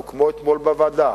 כמו אתמול בוועדה: